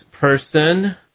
person